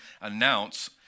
announce